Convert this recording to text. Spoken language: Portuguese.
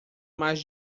mais